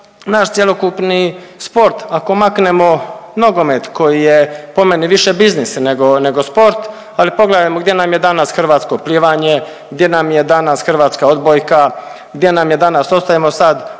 naš cjelokupni sport, ako maknemo nogomet koji je po meni više biznis nego sport, ali pogledajmo gdje nam je danas hrvatsko plivanje, gdje nam je danas hrvatska odbojka, gdje nam je danas, ostajemo sad